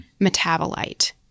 metabolite